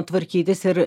tvarkytis ir